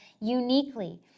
uniquely